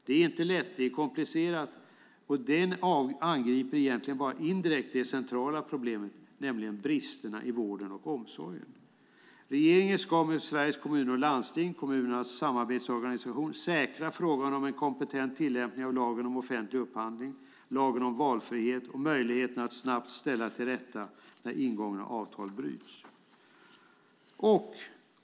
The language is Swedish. Det är inte lätt; det är komplicerat, och det angriper egentligen bara indirekt det centrala problemet, nämligen bristerna i vården och omsorgen. Regeringen ska med Sveriges Kommuner och Landsting, kommunernas samarbetsorganisation, säkra frågan om en kompetent tillämpning av lagen om offentlig upphandling, lagen om valfrihet och möjligheterna att snabbt ställa till rätta när ingångna avtal bryts.